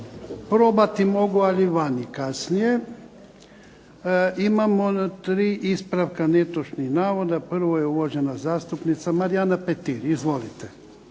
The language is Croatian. Probati mogu, ali vani kasnije. Imamo 3 ispravka netočnih navoda, prvo je uvažena zastupnica Marijana Petir. Izvolite.